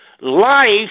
life